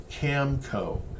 Camco